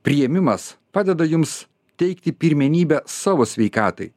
priėmimas padeda jums teikti pirmenybę savo sveikatai